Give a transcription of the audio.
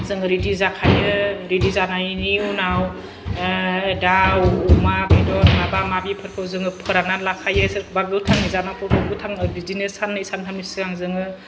जोङो रेदि जाखायो रेदि जानायनि उनाव ओह दाव अमा बेदर माबा माबिफोरखौ जोङो फोरानना लाखायो सोरखौबा गोथाङै जानागौ दं गोथाङाव बिदिनो साननै सानथामनि सिगां जोङो